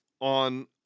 on